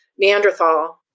Neanderthal